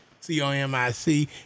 C-O-M-I-C